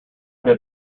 did